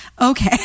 Okay